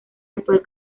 actual